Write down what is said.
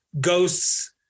ghosts